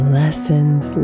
lessons